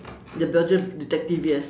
the belgium detective yes